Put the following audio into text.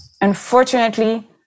unfortunately